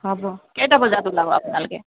হ'ব কেইটা বজাত ওলাব আপোনালোকে